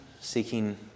seeking